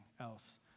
else